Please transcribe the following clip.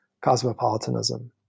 Cosmopolitanism